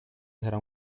sarà